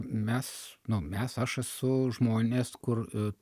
mes nu mes aš esu žmonės kur